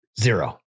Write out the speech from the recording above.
Zero